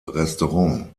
restaurant